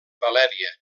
valèria